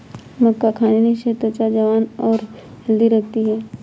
मक्का खाने से त्वचा जवान और हैल्दी रहती है